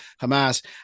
Hamas